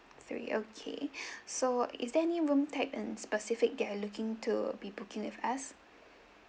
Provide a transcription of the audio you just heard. three okay so is there any room type and specific you're looking to be booking with us